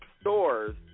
stores